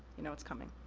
you know what's coming,